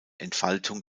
entfaltung